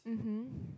mmhmm